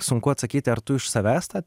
sunku atsakyti ar tu iš savęs tą